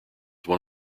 one